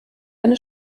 eine